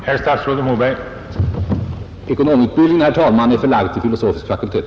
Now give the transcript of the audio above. Herr talman! Ekonomutbildningen är förlagd till filosofisk fakultet.